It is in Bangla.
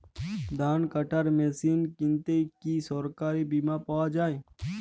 ধান কাটার মেশিন কিনতে কি সরকারী বিমা পাওয়া যায়?